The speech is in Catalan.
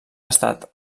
estat